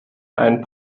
einen